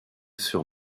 sur